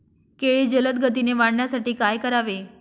केळी जलदगतीने वाढण्यासाठी काय करावे?